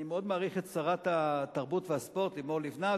אני מאוד מעריך את שרת התרבות והספורט לימור לבנת,